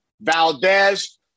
Valdez